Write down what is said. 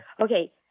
Okay